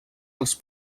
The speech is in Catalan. als